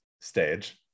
stage